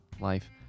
life